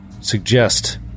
suggest